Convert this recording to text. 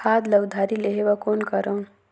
खाद ल उधारी लेहे बर कौन करव?